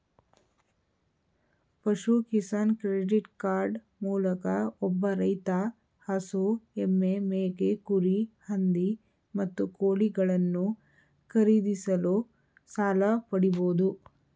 ಪಶು Kisan credit card ಮೂಲಕ ಒಬ್ಬ ರೈತ ಹಸು ಎಮ್ಮೆ ಮೇಕೆ ಕುರಿ ಹಂದಿ ಮತ್ತು ಕೋಳಿಗಳನ್ನು ಖರೀದಿಸಲು ಸಾಲ ಪಡಿಬೋದು